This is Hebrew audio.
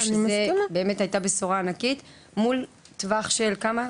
שזו באמת הייתה בשורה ענקית מול טווח של כמה?